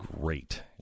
great